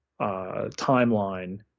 timeline